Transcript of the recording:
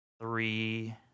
three